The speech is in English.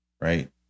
right